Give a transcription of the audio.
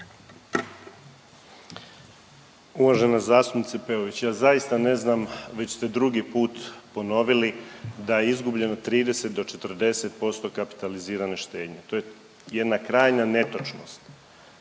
Uvažena zastupnice Peović, ja zaista ne znam već ste drugi put ponovili da je izgubljeno 30 do 40% kapitalizirane štednje. To je jedna krajnja netočnost.